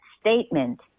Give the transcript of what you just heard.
statement